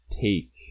take